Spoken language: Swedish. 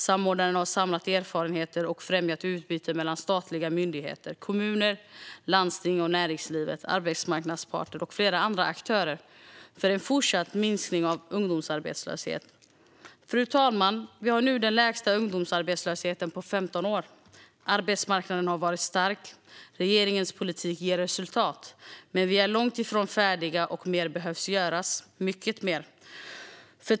Samordnaren har samlat erfarenheter och främjat utbyte mellan statliga myndigheter, kommuner, landsting, näringslivet, arbetsmarknadens parter och flera andra aktörer för en fortsatt minskning av ungdomsarbetslösheten. Fru talman! Vi har nu den lägsta ungdomsarbetslösheten på 15 år. Arbetsmarknaden har varit stark, och regeringens politik ger resultat. Men vi är långt ifrån färdiga och mer behöver göras, mycket mer.